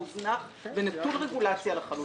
מוזנח ונטול רגולציה לחלוטין.